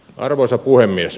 arvoisa puhemies